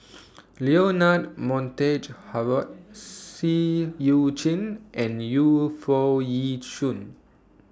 Leonard Montague Harrod Seah EU Chin and Yu Foo Yee Shoon